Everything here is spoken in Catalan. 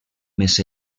més